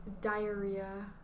Diarrhea